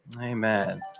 Amen